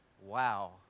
Wow